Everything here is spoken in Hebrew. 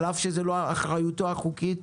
על אף שזה לא אחריותו החוקית,